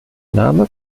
name